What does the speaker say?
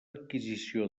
adquisició